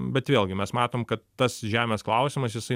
bet vėlgi mes matom kad tas žemės klausimas jisai